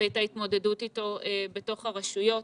ואת ההתמודדות אתו בתוך הרשויות.